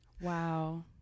Wow